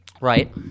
Right